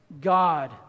God